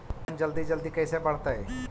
बैगन जल्दी जल्दी कैसे बढ़तै?